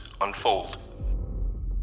unfold